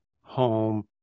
home